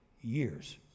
years